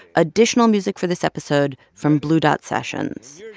additional music for this episode from blue dot sessions.